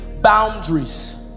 boundaries